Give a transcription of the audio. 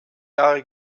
jahre